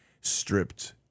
stripped